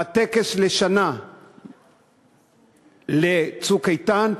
בטקס לשנה ל"צוק איתן",